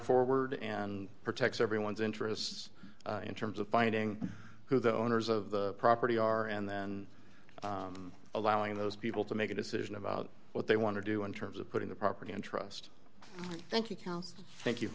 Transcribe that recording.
forward and protects everyone's interests in terms of finding who the owners of the property are and then allowing those people to make a decision about what they want to do in terms of putting the property in trust thank you counts thank you